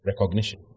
recognition